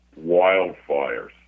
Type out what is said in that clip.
wildfires